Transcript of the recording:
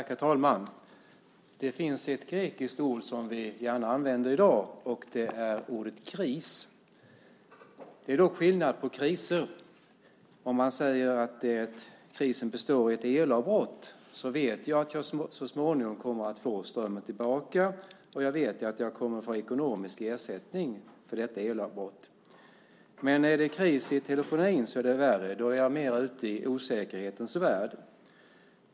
Herr talman! Det finns ett grekiskt ord som vi gärna använder i dag, och det är ordet kris. Det är dock skillnad på kriser. Om man säger att krisen består i ett elavbrott vet jag att jag så småningom kommer att få strömmen tillbaka, och jag vet att jag kommer att få ekonomisk ersättning för detta elavbrott. Men är det kris i telefonin är det värre; då är jag mer ute i osäkerhetens värld.